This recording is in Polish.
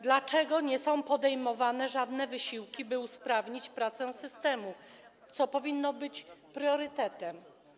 Dlaczego nie są podejmowane żadne wysiłki, by usprawnić pracę systemu, co powinno być priorytetem?